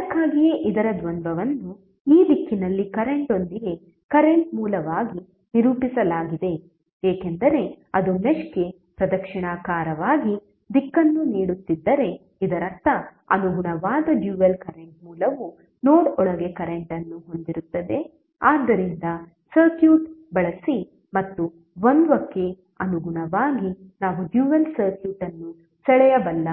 ಅದಕ್ಕಾಗಿಯೇ ಇದರ ದ್ವಂದ್ವವನ್ನು ಈ ದಿಕ್ಕಿನಲ್ಲಿ ಕರೆಂಟ್ ಒಂದಿಗೆ ಕರೆಂಟ್ ಮೂಲವಾಗಿ ನಿರೂಪಿಸಲಾಗಿದೆ ಏಕೆಂದರೆ ಅದು ಮೆಶ್ಗೆ ಪ್ರದಕ್ಷಿಣಾಕಾರವಾಗಿ ದಿಕ್ಕನ್ನು ನೀಡುತ್ತಿದ್ದರೆ ಇದರರ್ಥ ಅನುಗುಣವಾದ ಡ್ಯುಯಲ್ ಕರೆಂಟ್ ಮೂಲವು ನೋಡ್ ಒಳಗೆ ಕರೆಂಟ್ ಅನ್ನು ಹೊಂದಿರುತ್ತದೆ ಆದ್ದರಿಂದ ಸರ್ಕ್ಯೂಟ್ ಬಳಸಿ ಮತ್ತು ದ್ವಂದ್ವಕ್ಕೆ ಅನುಗುಣವಾಗಿ ನಾವು ಡ್ಯುಯಲ್ ಸರ್ಕ್ಯೂಟ್ ಅನ್ನು ಸೆಳೆಯಬಲ್ಲ